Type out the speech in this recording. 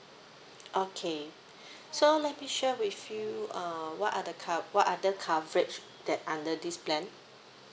okay so let me share with you uh what are the co~ what other coverage that under this plan